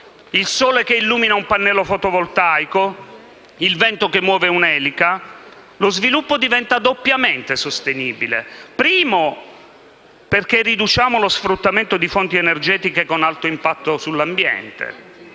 il sole che illumina un pannello fotovoltaico, il vento che muove un'elica - lo sviluppo diventa doppiamente sostenibile. In primo luogo, perché riduciamo lo sfruttamento di fonti energetiche con alto impatto sull'ambiente;